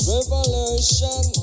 Revolution